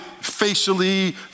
facially